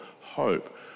hope